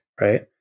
right